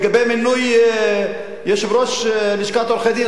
לגבי מינוי יושב-ראש לשכת עורכי-דין,